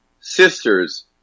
sisters